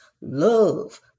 Love